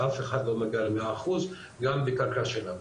ואף אחד לא מגיע למאה אחוז גם בקרקע של מדינה,